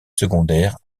secondaires